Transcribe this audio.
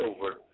over